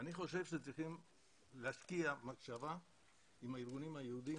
אני חושב שצריכים להשקיע מחשבה עם הארגונים היהודיים,